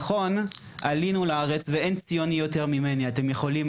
נכון שעלינו לארץ ואין ציוני יותר ממני; אתם יכולים